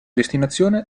destinazione